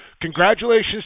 Congratulations